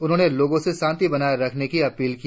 उन्होंने लोगों से शांति बनाये रखने की अपील की